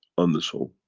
on the soul,